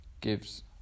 gives